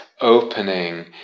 opening